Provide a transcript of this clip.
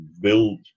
build